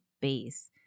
base